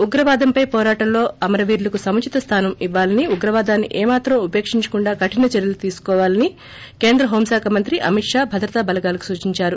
ఉగ్రవాదంపై పోరాటంలో అమరవీరులకు సముచిత స్లానం ఇవ్యాలని ఉగ్రవాదాన్ని ఏ మాత్రం ఉపేక్షించకుండా కఠిన చర్యలు తీసుకోవాలని కేంద్ర హోంశాఖ మంత్రి అమిత్ షా భద్రతా బలగాలకు సూచించారు